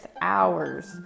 hours